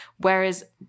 Whereas